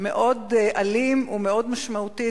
מאוד אלים ומאוד משמעותי.